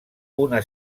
una